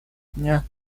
дня